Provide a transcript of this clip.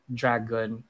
dragon